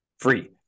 Free